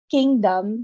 Kingdom